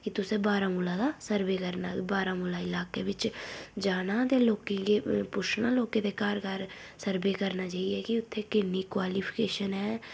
कि तुसें बारामूला दा सर्वे करना बारामूला लाकें बिच्च जाना ते लोकें गी पुच्छना लोकें दे घर घर सर्वे करना जाइयै एह् कि उत्थै किन्नी क्वालिफिकेशन ऐ